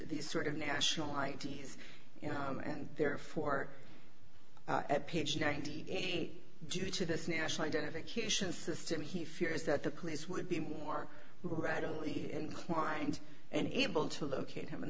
these sort of national i d s and therefore at page ninety eight due to this national identification system he fears that the police would be more readily inclined and able to locate him and